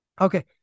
Okay